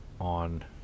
on